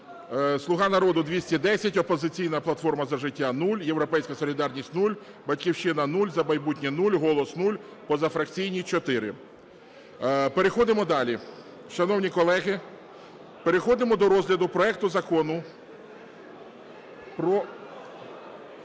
"Слуга народу" – 210, "Опозиційна платформа - За життя" – 0, "Європейська солідарність" – 0, "Батьківщина" – 0, "За майбутнє" – 0, "Голос" – 0, позафракційні – 4. Переходимо далі. Шановні колеги, переходимо до розгляду проекту закону…